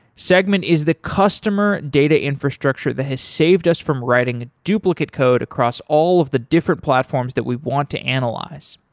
segment is the customer data infrastructure that has saved us from writing duplicate code across all of the different platforms that we want to analyze.